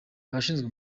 abashinzwe